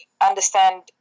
understand